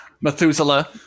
Methuselah